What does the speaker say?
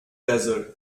desert